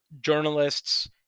journalists